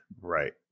Right